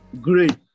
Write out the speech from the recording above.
great